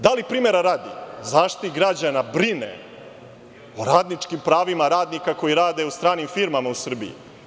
Da li, primera radi, Zaštitnik građana brine i radničkim pravima radnika koji rade u stranim firmama u Srbiji?